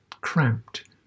cramped